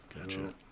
Gotcha